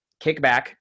kickback